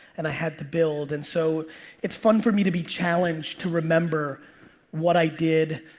and i had to build. and so it's fun for me to be challenged to remember what i did,